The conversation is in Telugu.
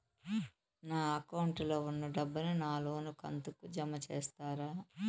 నా అకౌంట్ లో ఉన్న డబ్బును నా లోను కంతు కు జామ చేస్తారా?